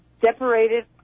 separated